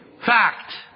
Fact